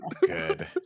Good